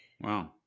Wow